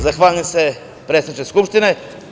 Zahvaljujem, predsedniče Skupštine.